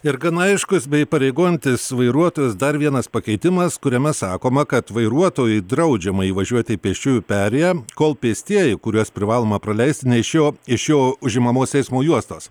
ir gana aiškus bei įpareigojantis vairuotojus dar vienas pakeitimas kuriame sakoma kad vairuotojui draudžiama įvažiuoti į pėsčiųjų perėją kol pėstieji kuriuos privaloma praleisti ne iš jo iš jo užimamos eismo juostos